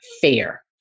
fair